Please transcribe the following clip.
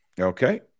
Okay